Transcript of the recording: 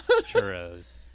churros